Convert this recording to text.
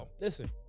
listen